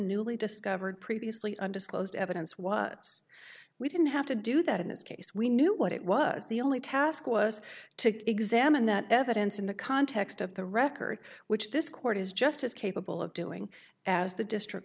newly discovered previously undisclosed evidence was we didn't have to do that in this case we knew what it was the only task was to examine that evidence in the context of the record which this court is just as capable of doing as the district